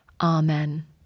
Amen